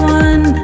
one